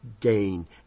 gain